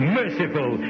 merciful